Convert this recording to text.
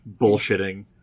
bullshitting